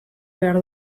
behar